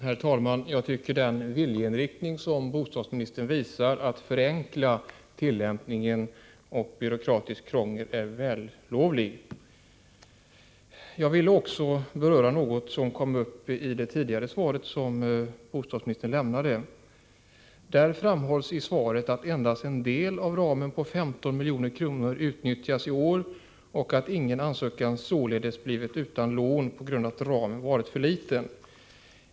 Herr talman! Den viljeinriktning som bostadsministern visar när det gäller att förenkla tillämpningen av bestämmelserna i detta sammanhang och att minska det byråkratiska krånglet är vällovlig. Jag vill i detta inlägg något beröra en fråga som bostadsministern tog upp i sitt svar här tidigare. I svaret framhålls att endast en del av beloppet inom angivna ram på 15 milj.kr. utnyttjas i år. Ingen ansökan har resulterat i att man inte har fått lån på grund av att ramen varit för liten.